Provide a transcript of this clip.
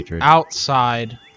outside